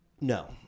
no